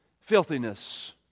filthiness